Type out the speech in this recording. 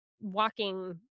walking